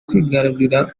kwigarurira